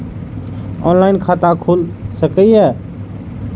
Online खाता खुल सके ये?